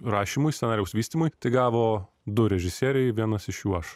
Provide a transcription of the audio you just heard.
rašymui scenarijaus vystymui gavo du režisieriai vienas iš jų aš